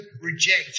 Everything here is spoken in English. reject